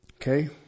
okay